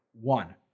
one